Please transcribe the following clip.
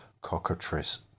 Cockatrice